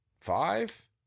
Five